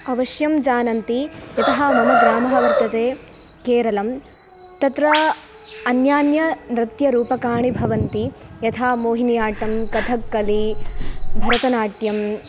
अवश्यं जानन्ति यतः मम ग्रामः वर्तते केरलं तत्र अन्यान्यनृत्यरूपकाणि भवन्ति यथा मोहिनियाट्टं कथक्कलि भरतनाट्यं